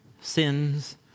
sins